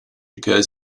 occurs